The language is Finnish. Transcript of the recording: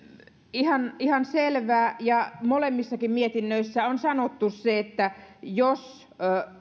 ihan ihan selvää ja molemmissa mietinnöissä on sanottu se että jos